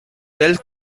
tel